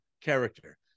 character